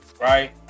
right